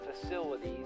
facilities